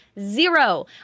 zero